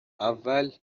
اول